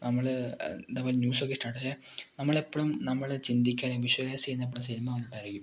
നമ്മൾഎന്താ പറയാ ന്യൂസ് ഒക്കെ ഇഷ്ടമാണ് പക്ഷേ നമ്മൾ എപ്പളും നമ്മൾ ചിന്തിക്കാൻ വിഷ്വലൈസ് ചെയ്യുന്നത് സിനിമ കണ്ടായിരിക്കും